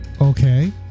Okay